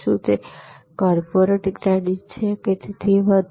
શું તે corporate credit છે અને તેથી વધુ